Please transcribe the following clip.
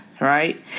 Right